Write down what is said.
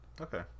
Okay